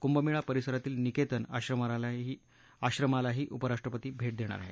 कुंभमेळा परिसरातील नीकेतन आश्रमालाही उपराष्ट्रपती भेट देणार आहेत